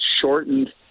shortened